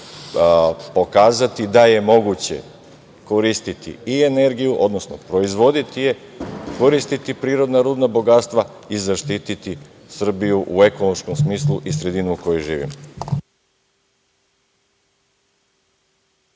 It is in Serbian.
pokazati da je moguće koristiti i energiju, odnosno proizvoditi je, koristiti prirodna rudna bogatstva i zaštiti Srbiju u ekološkom smislu i sredinu u kojoj živimo.